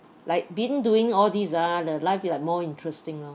like been doing all these ah the life like more interesting lor